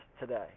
today